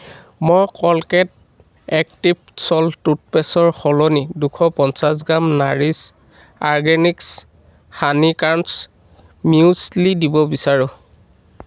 মই Colgate active salt টুথপেষ্টৰ সলনি দুশ পঞ্চাছ gram nourish organics honey crunch muesli দিব বিচাৰোঁ